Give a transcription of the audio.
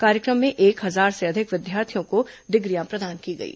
कार्यक्रम में एक हजार से अधिक विद्यार्थियों को डिग्रियां प्रदान की गईं